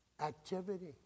activity